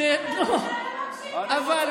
אתה בכלל לא מקשיב למה שהוא אומר.